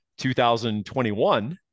2021